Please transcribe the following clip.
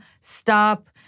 stop